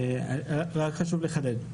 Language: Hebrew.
חשוב לחדד.